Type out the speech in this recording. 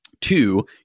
Two